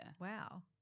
Wow